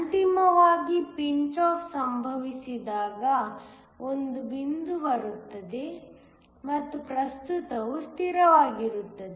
ಅಂತಿಮವಾಗಿ pinch off ಸಂಭವಿಸಿದಾಗ ಒಂದು ಬಿಂದು ಬರುತ್ತದೆ ಮತ್ತು ಪ್ರಸ್ತುತವು ಸ್ಥಿರವಾಗಿರುತ್ತದೆ